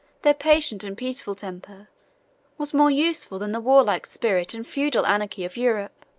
their patient and peaceful temper was more useful than the warlike spirit and feudal anarchy of europe.